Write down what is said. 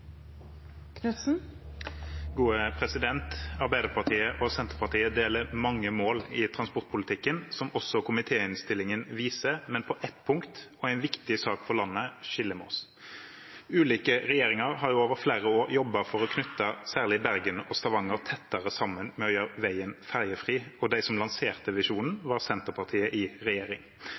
Senterpartiet deler mange mål i transportpolitikken, som også komitéinnstillingen viser, men på ett punkt og i en viktig sak for landet skiller vi lag. Ulike regjeringer har over flere år jobbet for å knytte særlig Bergen og Stavanger tettere sammen ved å gjøre veien ferjefri, og de som lanserte visjonen, var Senterpartiet i regjering.